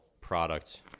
product